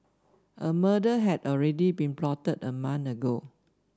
a murder had already been plotted a month ago